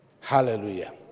Hallelujah